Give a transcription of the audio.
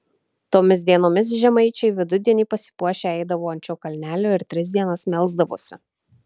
tomis dienomis žemaičiai vidudienį pasipuošę eidavo ant šio kalnelio ir tris dienas melsdavosi